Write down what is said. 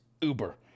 uber